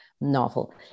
novel